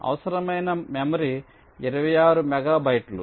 అవసరమైన మెమరీ 26 మెగాబైట్లు